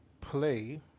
play